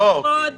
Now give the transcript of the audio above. שום כבוד